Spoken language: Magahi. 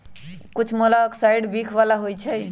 कुछ मोलॉक्साइड्स विख बला होइ छइ